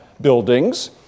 buildings